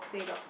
grey dog